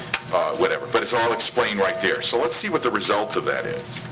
whatever. but it's all explained right there. so let's see what the results of that is.